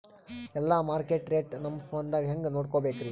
ಎಲ್ಲಾ market rate ನಮ್ ಫೋನದಾಗ ಹೆಂಗ ನೋಡಕೋಬೇಕ್ರಿ?